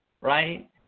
right